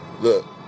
look